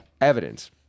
Evidence